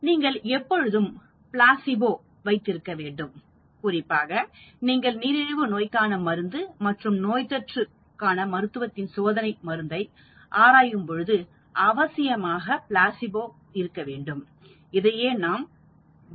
நீங்கள் எப்போதும் பிளாசிபோ வைத்திருக்க வேண்டும் குறிப்பாக நீங்கள்நீரிழிவு நோய்க்கான மருந்து மற்றும் நோய்த்தொற்று காண மருத்துவத்தின் சோதனை மருந்தை ஆராயும்பொழுது அவசியமாக பிளாசிபோ இருக்கவேண்டும் இதையே நாம் பிளைன்டு டெஸ்ட் என்கிறோம்